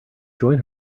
join